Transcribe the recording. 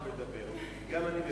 נרשמו כמה דוברים, ואנחנו ממשיכים.